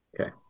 Okay